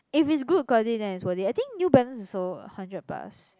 if it's good quality then it's worth it I think New Balance also hundred plus